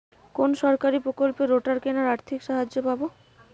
কোন সরকারী প্রকল্পে রোটার কেনার আর্থিক সাহায্য পাব?